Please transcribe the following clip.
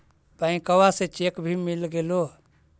बैंकवा से चेक भी मिलगेलो?